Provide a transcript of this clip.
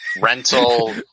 rental